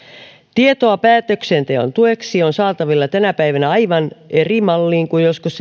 tietoa päätöksenteon tueksi on saatavilla tänä päivänä aivan eri malliin kuin joskus